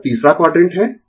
यह तीसरा क्वाडरेंट है